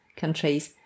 countries